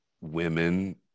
women